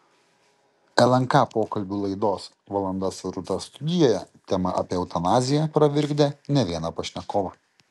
lnk pokalbių laidos valanda su rūta studijoje tema apie eutanaziją pravirkdė ne vieną pašnekovą